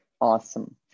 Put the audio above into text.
awesome